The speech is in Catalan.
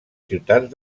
ciutats